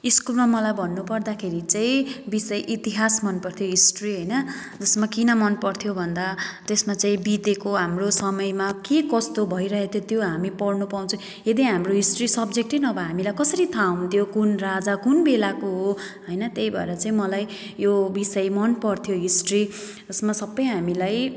स्कुलमा मलाई भन्नुपर्दाखेरि चाहिँ विषय इतिहास मनपर्थ्यो हिस्ट्री होइन जसमा किन मनपर्थ्यो भन्दा त्यसमा चाहिँ बितेको हाम्रो समयमा के कस्तो भइरहेथ्यो त्यो हामी पढ्नु पाउँछ यदि हाम्रो हिस्ट्री सब्जेक्टै नभए हामीलाई कसरी थाहा हुन्थ्यो कुन राजा कुन बेलाको हो होइन त्यही भएर चाहिँ मलाई यो विषय मनपर्थ्यो हिस्ट्री जसमा सबै हामीलाई